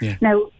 Now